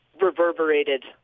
reverberated